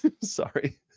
sorry